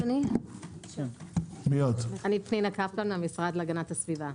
אני מהמשרד להגנת הסביבה.